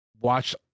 watch